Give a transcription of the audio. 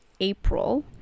April